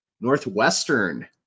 Northwestern